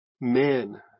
Men